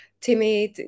timid